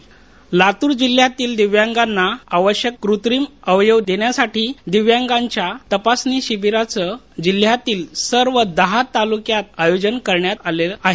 दिव्यांग तपासणी लातर लातूर जिल्ह्यातील दिव्यांगांना आवश्यक कृत्रीम अवयव देण्यासाठी दिव्यांगाच्या तपासणी शिबिराचं जिल्ह्यातील सर्व दहा तालुक्यात आयोजन करण्यात आलं आहे